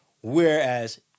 Whereas